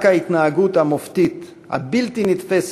רק ההתנהגות המופתית, הבלתי-נתפסת,